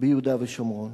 ביהודה ושומרון,